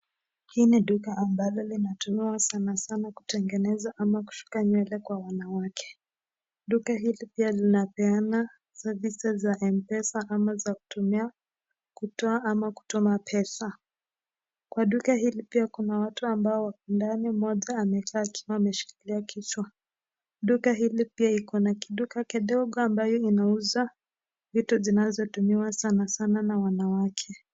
Hii ni duka ambalo lina utowao sana sana kutengeneza ama kushuka nywele kwa wanawake. Duka hili pia linapeana services za M-Pesa ama za kutoa ama kutuma pesa. Kwa duka hili pia kuna watu ambao ako ndani mmoja amekaa akiwa ameshikilia kichwa. Duka hili pia iko na kiduka kidogo ambayo inauza vitu zinazotumiwa sana sana na wanawake.